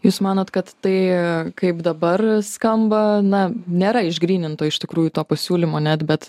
jūs manot kad tai kaip dabar skamba na nėra išgryninto iš tikrųjų to pasiūlymo net bet